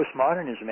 postmodernism